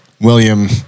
William